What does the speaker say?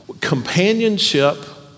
companionship